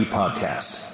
podcast